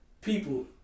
people